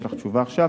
יש לך תשובה עכשיו,